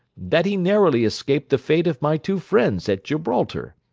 that he narrowly escaped the fate of my two friends at gibraltar.